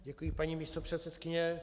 Děkuji, paní místopředsedkyně.